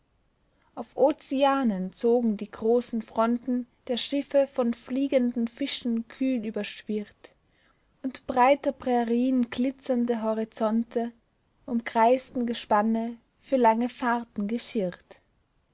auf ozeanen zogen die großen fronten der schiffe von fliegenden fischen kühl überschwirrt und breiter prärien glitzernde horizonte umkreisten gespanne für lange fahrten geschirrt